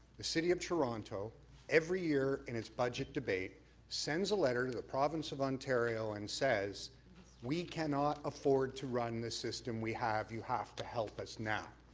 the city of toronto every year in its budget debate sends a letter to the province of ontario and says we cannot afford to run the system we have, you have to help us now.